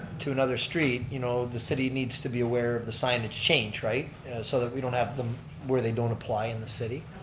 to another street, you know, the city needs to be aware of the signage change right. and so that we don't have them where they don't apply in the city.